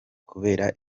kubera